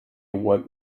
awoke